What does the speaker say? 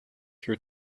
your